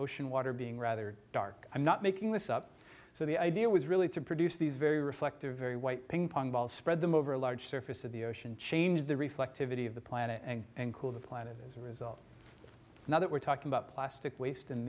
ocean water being rather dark i'm not making this up so the idea was really to produce these very reflective very white ping pong balls spread them over a large surface of the ocean change the reflectivity of the planet and cool the planet as a result now that we're talking about plastic waste in